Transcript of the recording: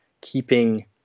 keeping –